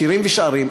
"שירים ושערים",